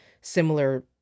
similar